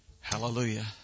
Hallelujah